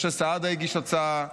משה סעדה הגיש הצעה,